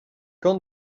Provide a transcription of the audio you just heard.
camp